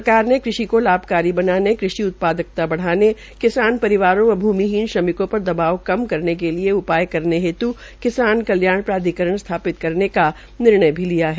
सरकार ने कृषि को लाभकारी बनाने कृषि उत्पादकता बढ़ाने किसान परिवारों व भ्मिहीन श्रमिकों पर दवाब कम करने के लिए उपाय करने हेतु किसान कल्याण प्राधिकरण स्थापित करने का निर्णय भी लिया है